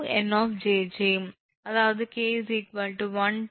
𝑁 𝑗𝑗 அதாவது 𝑘 12